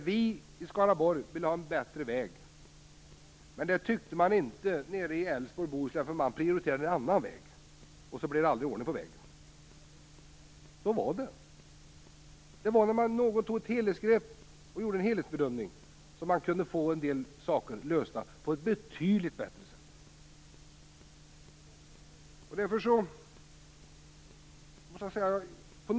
Vi i Skaraborg ville ha en bättre väg, men i Älvsborgs och Bohus län prioriterade man annan väg. Därför blev det aldrig någon ordning på vägen. Så var det, men sedan det tagits ett helhetsgrepp och en helhetsbedömning gjorts kunde en del saker lösas på ett betydligt bättre sätt.